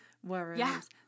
Whereas